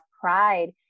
pride